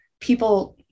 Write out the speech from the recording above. people